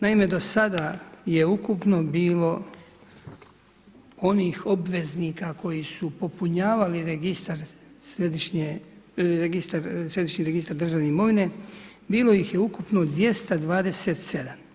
Naime, do sada je ukupno bilo onih obveznika koji su popunjavali registar središnje, Središnji registar državne imovine, bilo ih je ukupno 227.